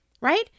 right